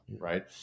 Right